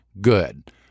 Good